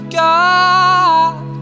god